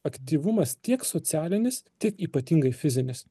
aktyvumas tiek socialinis tiek ypatingai fizinis